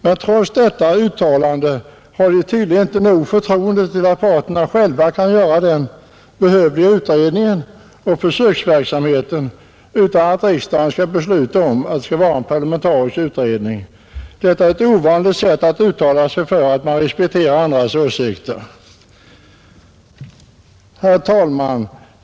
Men trots detta uttalande har reservanterna tydligen inte nog förtroende till att parterna själva kan göra den behövliga utredningen och försöksverksamheten utan att riksdagen skall besluta om att det skall vara en parlamentarisk utredning. Detta är ett ovanligt sätt att uttala sig för att man respekterar andras åsikter. Herr talman!